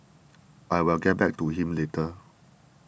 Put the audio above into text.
I will get back to him later